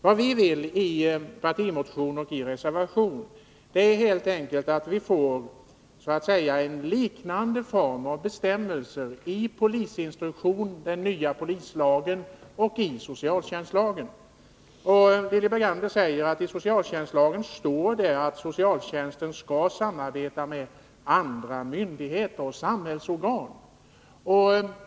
Vad vi vill i partimotion och reservation är helt enkelt att få så att säga en liknande form av bestämmelser i polisinstruktionen, den nya polislagen och socialtjänstlagen. Lilly Bergander säger att i socialtjänstlagen står det att socialtjänsten skall samarbeta med andra myndigheter och samhällsorgan.